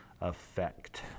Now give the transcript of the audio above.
effect